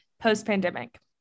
post-pandemic